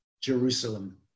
Jerusalem